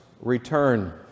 return